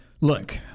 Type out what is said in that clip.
Look